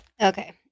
Okay